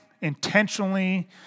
intentionally